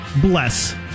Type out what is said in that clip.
bless